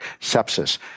sepsis